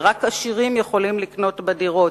ורק עשירים יכולים לקנות בה דירות,